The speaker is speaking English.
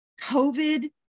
COVID